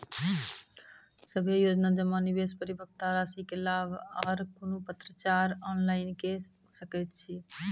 सभे योजना जमा, निवेश, परिपक्वता रासि के लाभ आर कुनू पत्राचार ऑनलाइन के सकैत छी?